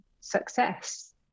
success